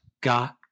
got